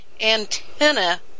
antenna